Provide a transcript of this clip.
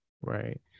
Right